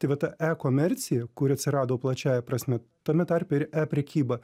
tai va ta e komercija kuri atsirado plačiąja prasme tame tarpe ir eprekyba